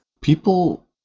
people